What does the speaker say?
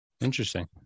Interesting